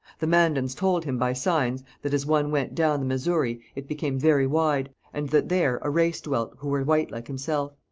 the mandans told him by signs that as one went down the missouri it became very wide, and that there a race dwelt who were white like himself.